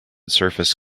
surface